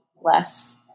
less